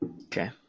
okay